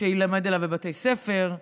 שיילמד עליו בבתי ספר,